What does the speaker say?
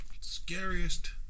Scariest